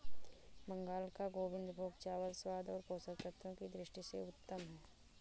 बंगाल का गोविंदभोग चावल स्वाद और पोषक तत्वों की दृष्टि से उत्तम है